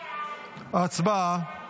הצבעה.